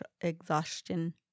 exhaustion